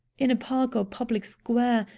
in a park or public square,